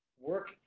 work